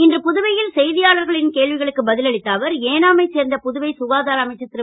இன்று புதுவை ல் செ யாளர்களின் கேள்விகளுக்கு ப ல் அளித்த அவர் ஏனாமைச் சேர்ந்த புதுவை சுகாதார அமைச்சர் ரு